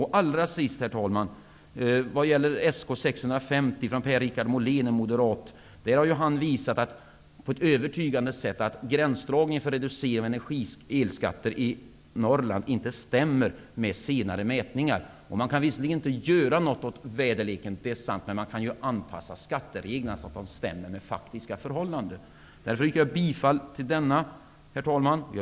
Herr talman! I motion Sk650 har Per-Richard Molén på ett övertygande sätt visat att gränsdragningen för reducering av elskatter i Norrland inte stämmer med senare mätningar. Man kan visserligen inte göra något åt väderleken, men man kan anpassa skattereglerna så att de stämmer med faktiska förhållanden. Jag yrkar därför bifall till detta förslag.